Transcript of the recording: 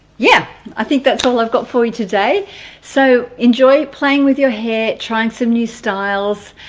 yeah i think that's all i've got for you today so enjoy playing with your hair trying some new styles